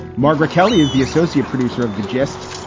margaret kelly is the associate producer of the gist.